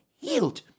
healed